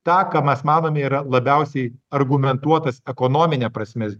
tą ką mes manome yra labiausiai argumentuotas ekonomine prasme